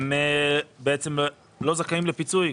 הם בעצם לא זכאים לפיצוי.